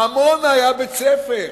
עמונה היה בית-ספר,